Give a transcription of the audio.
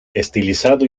estilizado